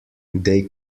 they